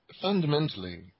fundamentally